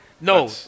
No